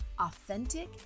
authentic